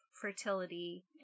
fertility